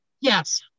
Yes